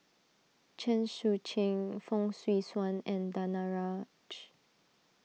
Chen Sucheng Fong Swee Suan and Danaraj